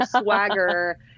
swagger